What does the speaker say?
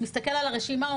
מסתכל על הרשימה,